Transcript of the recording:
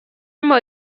more